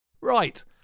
Right